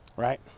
right